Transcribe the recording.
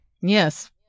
Yes